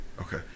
Okay